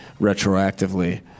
retroactively